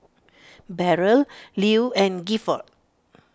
Beryl Lew and Gifford